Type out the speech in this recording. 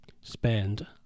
spend